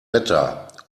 wetter